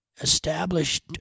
established